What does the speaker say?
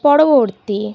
পরবর্তী